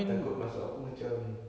takut maksud aku macam